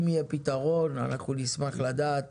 אם יהיה פתרון, אנחנו נשמח לדעת